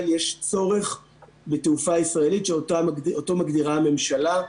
יש צורך בתעופה ישראלית שאותו מגדירה הממשלה.